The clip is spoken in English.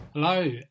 Hello